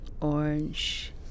orange